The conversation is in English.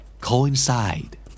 Coincide